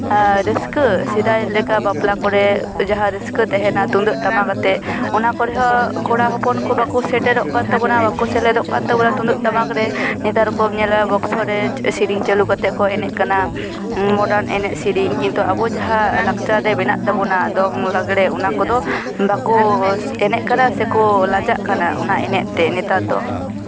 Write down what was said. ᱨᱟᱹᱥᱠᱟᱹ ᱥᱮᱫᱟᱭ ᱞᱮᱠᱟ ᱵᱟᱯᱞᱟ ᱠᱚᱨᱮᱫ ᱡᱟᱦᱟᱸ ᱨᱟᱹᱥᱠᱟᱹ ᱛᱟᱦᱮᱱᱟ ᱛᱩᱢᱫᱟᱜ ᱴᱟᱢᱟᱠ ᱟᱛᱮᱫ ᱚᱱᱟ ᱠᱚᱨᱮ ᱦᱚᱸ ᱠᱚᱲᱟ ᱦᱚᱯᱚᱱ ᱠᱚ ᱵᱟᱠᱚ ᱥᱮᱴᱮᱨᱚᱜ ᱠᱟᱱ ᱛᱟᱵᱚᱱᱟ ᱵᱟᱠᱚ ᱥᱮᱞᱮᱫᱚᱜ ᱠᱟᱱ ᱛᱟᱵᱚᱱᱟ ᱛᱩᱢᱫᱟᱜ ᱴᱟᱢᱟᱠ ᱨᱮ ᱱᱮᱛᱟᱨ ᱠᱚ ᱧᱮᱞᱚᱜᱼᱟ ᱵᱚᱠᱥ ᱨᱮ ᱥᱮᱨᱮᱧ ᱪᱟᱹᱞᱩ ᱠᱟᱛᱮᱫ ᱠᱚ ᱮᱱᱮᱡ ᱠᱟᱱᱟ ᱢᱚᱰᱟᱨᱱ ᱮᱱᱮᱡ ᱥᱮᱨᱮᱧ ᱠᱤᱱᱛᱩ ᱟᱵᱚ ᱡᱟᱦᱟᱸ ᱞᱟᱠᱪᱟᱨ ᱨᱮ ᱢᱮᱱᱟᱜ ᱛᱟᱵᱚᱱᱟ ᱫᱚᱝ ᱞᱟᱜᱽᱲᱮ ᱚᱱᱟ ᱠᱚᱫᱚ ᱵᱟᱠᱚ ᱮᱱᱮᱡ ᱠᱟᱱᱟ ᱥᱮᱠᱚ ᱞᱟᱡᱟᱜ ᱠᱟᱱᱟ ᱚᱱᱟ ᱮᱱᱮᱡ ᱛᱮ ᱱᱮᱛᱟᱨ ᱫᱚ